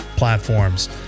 Platforms